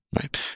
right